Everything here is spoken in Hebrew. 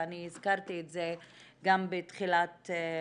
ואני הזכרתי את זה גם בתחילת דבריי,